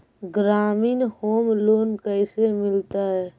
ग्रामीण home loan कैसे मिलतै?